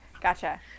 Gotcha